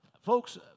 Folks